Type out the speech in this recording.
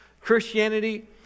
Christianity